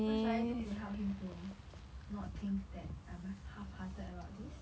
what should I do to help him to not think that I'm a half hearted about this